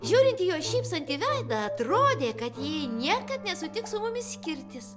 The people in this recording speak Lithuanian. žiūrint į jos šypsantį veidą atrodė kad ji niekad nesutiks su mumis skirtis